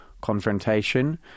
confrontation